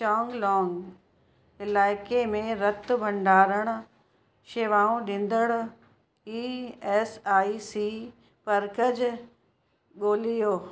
चोंगलोंग इलाइक़े में रतु भंडारणु शेवाऊं ॾींदड़ु ई एस आई सी मर्कज़ ॻोल्हियो